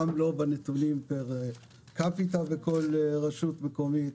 גם לא בנתונים פר קפיטה בכל רשות מקומית.